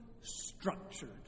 structured